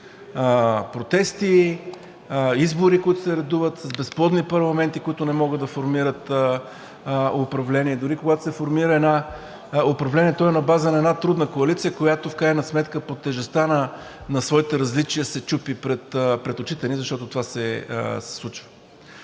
протести, избори, които се редуват, с безплодни парламенти, които не могат да формират управление, дори когато се формира една… управлението е на база на една трудна коалиция, която в крайна сметка под тежестта на своите различия се чупи пред очите ни, защото това се случва.